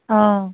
অ'